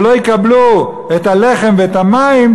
שלא יקבלו את הלחם ואת המים,